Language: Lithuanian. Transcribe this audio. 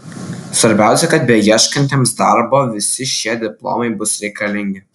svarbiausia kad beieškantiems darbo visi šie diplomai bus reikalingi